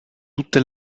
tutte